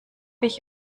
ich